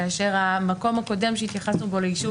כאשר המקום הקודם שהתייחסנו בו ליישוב